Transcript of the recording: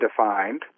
defined